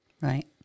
Right